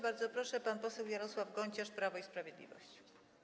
Bardzo proszę, pan poseł Jarosław Gonciarz, Prawo i Sprawiedliwość.